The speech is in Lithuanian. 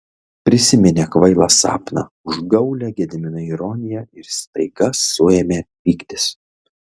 prisiminė kvailą sapną užgaulią gedimino ironiją ir staiga suėmė pyktis